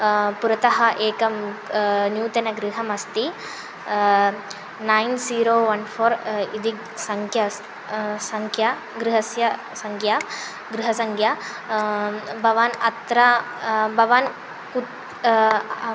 पुरतः एकं न्यूतनगृहमस्ति नैन् ज़ीरो वण् फ़ोर् इति सङ्ख्या अस्ति सङ्ख्या गृहस्य सङ्ख्या गृहसङ्ख्या भवान् अत्र भवान् कुत्र